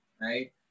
right